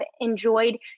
enjoyed